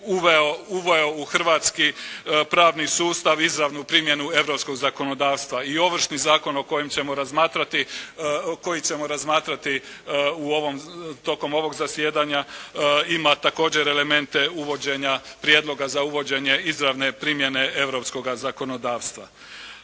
uveo u hrvatski pravni sustav izravnu primjenu europskog zakonodavstva i Ovršni zakon koji ćemo razmatrati tokom ovog zasjedanja ima također elemente uvođenja prijedloga za uvođenje izravne primjene europskoga zakonodavstva.